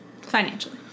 Financially